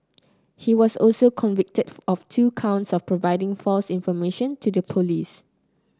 he was also convicted of two counts of providing false information to the police